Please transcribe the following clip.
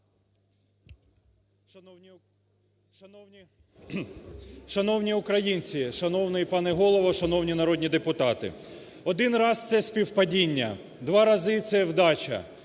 Шановні українці, шановний пане Голово, шановні народні депутати! Один раз – це співпадіння, два рази – це удача,